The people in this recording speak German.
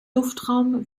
luftraum